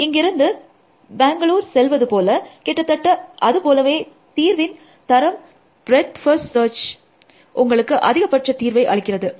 இங்கிருந்து பெங்களூரு செல்வது போல கிட்டத்தட்ட அது போலவே தீர்வின் தரம் ப்ரெட்த் ஃபர்ஸ்ட் சர்ச் உங்களுக்கு அதிகப்பட்ச தீர்வை அளிக்கிறது